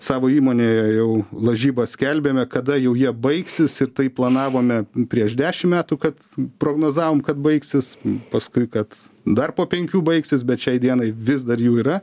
savo įmonėje jau lažybas skelbėme kada jau jie baigsis ir taip planavome prieš dešim metų kad prognozavom kad baigsis paskui kad dar po penkių baigsis bet šiai dienai vis dar jų yra